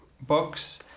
books